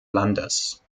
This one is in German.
landes